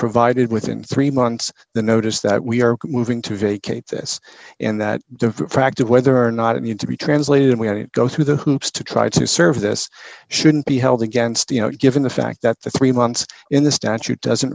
provided within three months the notice that we are moving to vacate this and that the fact of whether or not it needs to be translated and we have to go through the hoops to try to serve this shouldn't be held against you know given the fact that the three months in the statute doesn't